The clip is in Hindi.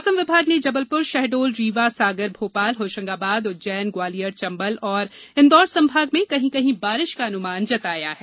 मौसम विभाग ने जबलपुर शहडोल रीवा सागर भोपाल होशंगाबाद उज्जैन ग्वालियर चंबल और इंदौर संभाग में कहीं कहीं बारिश का अनुमान जताया है